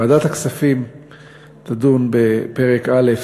ועדת הכספים תדון בפרק א',